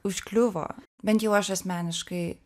užkliuvo bent jau aš asmeniškai